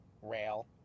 Rail